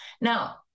Now